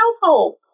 household